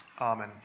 Amen